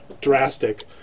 drastic